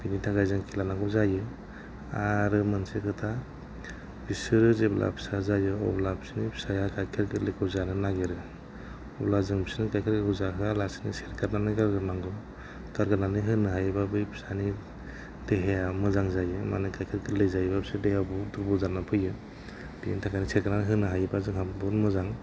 बिनि थाखाय जों खेल लानांगौ जायो आरो मोनसे खोथा बिसोरो जेब्ला फिसा जायो अब्ला बिसिनि फिसाया गाइखेर गोरलैखौ जानो नागेरो अब्ला जों बिसोरखौ गाइखेर गोरलैखौ जाहोयालासेनो सेरगारनानै गारग्रोनांगौ गारग्रोनानै होनो हायोबा बै फिसानि देहाया मोजां जायो मानि गाइखेर गोरलै जायोबा बिसोर देहाखौ दुरबल जानानै फैयो बेनि थाखायनो सेरगारनानै होनो हायोबा जोंहा बुहुथ मोजां